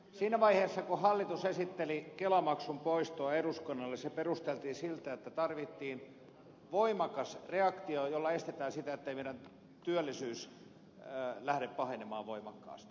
siinä vaiheessa kun hallitus esitteli kelamaksun poistoa eduskunnalle se perusteltiin sillä että tarvittiin voimakas reaktio jolla estetään sitä ettei meillä työllisyys lähde pahenemaan voimakkaasti